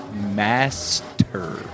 master